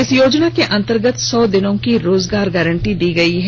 इस योजना के अंतर्गत सौ दिनों की रोजगार गारंटी दी गई है